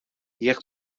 jekk